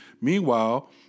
Meanwhile